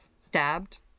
stabbed